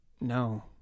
no